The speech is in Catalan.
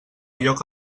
lloc